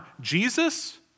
Jesus